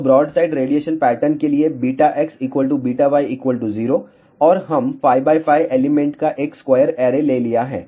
तो broadside radiation pattern के लिए βx βy 0 और हम 5 x 5 एलिमेंट का एक स्क्वायर ऐरे ले लिया है